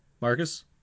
Marcus